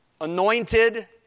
anointed